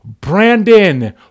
Brandon